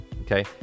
Okay